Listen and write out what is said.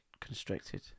constricted